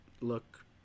look